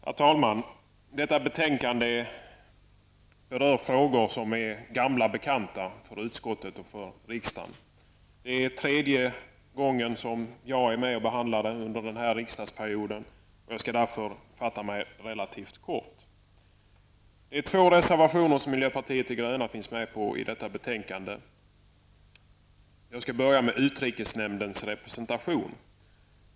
Herr talman! Detta betänkande berör frågor som är bekanta sedan gammalt för utskottet och för riksdagen. Det är tredje gången som jag är med och behandlar dessa frågor under denna riksdagsperiod. Jag skall därför fatta mig relativt kort. Miljöpartiet de gröna står bakom två reservationer till detta betänkande. Jag skall börja med frågan om utrikesnämndens representation.